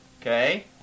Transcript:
Okay